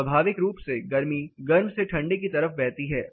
स्वाभाविक रूप से गर्मी गर्म से ठंडे की तरफ बहती है